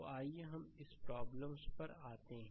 तो आइए हम इस प्रॉब्लम पर आते हैं